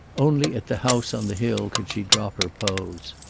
only at the house on the hill could she drop her pose.